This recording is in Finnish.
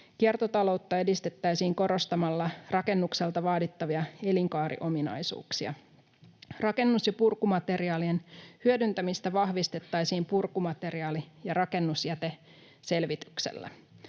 Kiertotaloutta edistettäisiin korostamalla rakennukselta vaadittavia elinkaariominaisuuksia. Rakennus- ja purkumateriaalien hyödyntämistä vahvistettaisiin purkumateriaali- ja rakennusjäteselvityksellä.